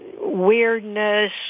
weirdness